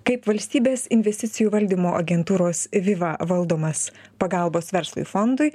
kaip valstybės investicijų valdymo agentūros viva valdomas pagalbos verslui fondui